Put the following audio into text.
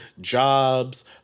jobs